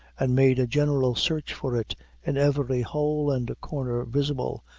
and made a general search for it in every hole and corner visible,